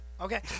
Okay